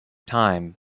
time